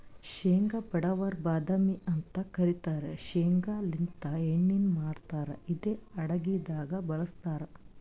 ಶೇಂಗಾ ಬಡವರ್ ಬಾದಾಮಿ ಅಂತ್ ಕರಿತಾರ್ ಶೇಂಗಾಲಿಂತ್ ಎಣ್ಣಿನು ಮಾಡ್ತಾರ್ ಇದು ಅಡಗಿದಾಗ್ ಬಳಸ್ತಾರ್